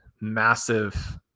massive